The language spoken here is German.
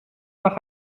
nach